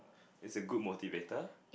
it's a good motivator